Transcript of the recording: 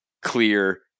clear